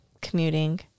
commuting